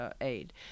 aid